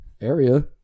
area